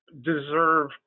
deserve